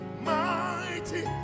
mighty